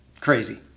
crazy